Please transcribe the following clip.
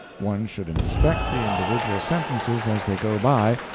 one should inspect the individual sentences as they go by,